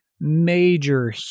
major